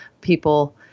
People